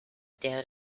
der